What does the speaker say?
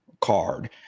card